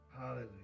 Hallelujah